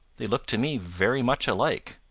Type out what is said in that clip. they look to me very much alike,